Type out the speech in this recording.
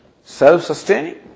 self-sustaining